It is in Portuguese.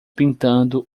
pintando